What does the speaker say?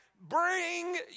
Bring